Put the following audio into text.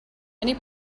many